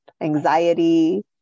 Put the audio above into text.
anxiety